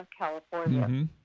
California